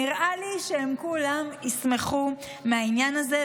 נראה לי שהם כולם ישמחו מהעניין הזה,